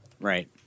Right